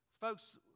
Folks